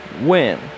win